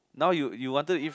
now you you wanted to eat